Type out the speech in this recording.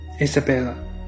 Isabella